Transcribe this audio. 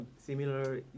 similar